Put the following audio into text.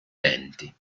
denti